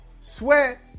Sweat